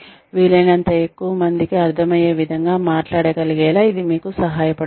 వీలైనంత ఎక్కువ మందికి అర్థమయ్యే విధంగా మాట్లాడగలిగేలా ఇది సహాయపడుతుంది